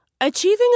Achieving